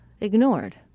ignored